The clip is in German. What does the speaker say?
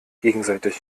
gegenseitig